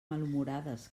malhumorades